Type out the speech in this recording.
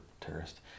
terrorist